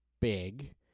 big